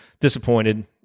disappointed